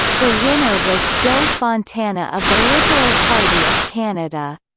the winner was joe fontana of the liberal party of canada.